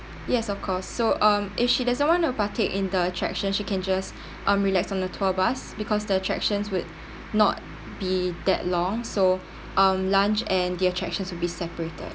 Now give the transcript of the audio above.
yes of course so um if she doesn't want to partake in the attraction she can just um relax on the tour bus because the attractions would not be that long so um lunch and the attractions would be separated